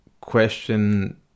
question